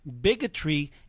bigotry